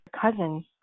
cousins